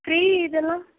free இதெல்லாம்